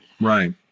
Right